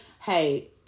hey